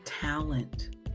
talent